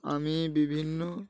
আমি বিভিন্ন